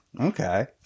Okay